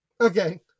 Okay